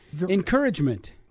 encouragement